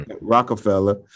Rockefeller